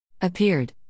Appeared